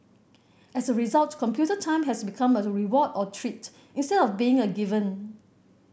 as a result computer time has become a reward or treat instead of being a given